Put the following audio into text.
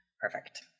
Perfect